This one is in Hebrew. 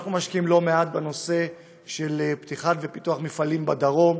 אנחנו משקיעים לא מעט בנושא של פתיחת ופיתוח מפעלים בדרום.